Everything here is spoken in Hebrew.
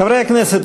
חברי הכנסת,